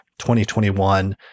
2021